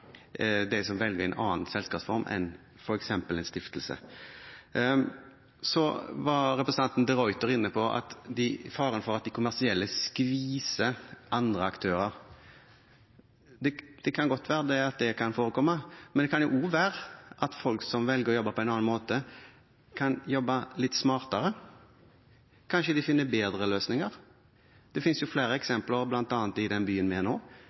som velger en annen selskapsform enn f.eks. en stiftelse. Så var representanten de Ruiter inne på faren for at de kommersielle skviser andre aktører. Det kan godt være at det kan forekomme, men det kan også være at folk som velger å jobbe på en annen måte, kan jobbe litt smartere. Kanskje finner de bedre løsninger. Det finnes flere eksempler, bl.a. i den byen vi er i nå,